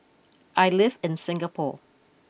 I live in Singapore